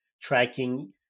tracking